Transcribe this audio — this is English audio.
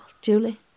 Julie